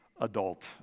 adult